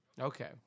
Okay